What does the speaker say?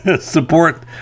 support